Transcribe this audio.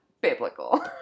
biblical